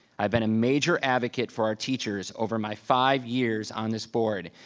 i have been a major advocate for our teachers over my five years on this board.